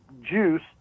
juice